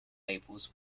labels